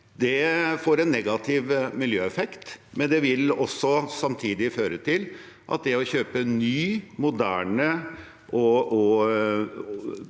Det får en negativ miljøeffekt, men det vil samtidig føre til at det å kjøpe ny, moderne